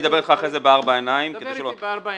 אני אדבר איתך אחרי זה בארבע עיניים --- דבר איתי בארבע עיניים.